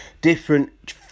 different